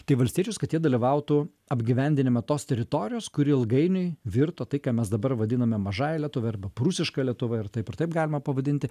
tai valstiečius kad jie dalyvautų apgyvendinime tos teritorijos kur ilgainiui virto tai ką mes dabar vadiname mažąja lietuve arba prūsiška lietuva ir taip ir taip galima pavadinti